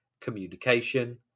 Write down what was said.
communication